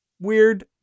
weird